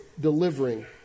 delivering